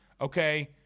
okay